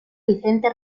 vicente